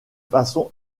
façon